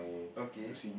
okay